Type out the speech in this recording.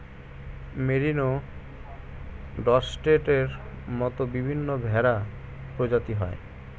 merino, ডর্সেটের মত বিভিন্ন ভেড়া প্রজাতি হয়